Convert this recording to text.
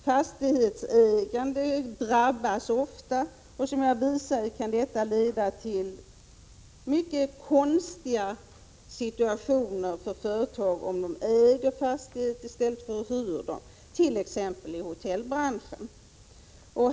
Fastighetsägande drabbas ofta, och som jag visade kan det leda till mycket konstiga situationer för företag om de äger fastigheter i stället för att hyra dem, t.ex. i hotellbranschen.